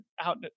out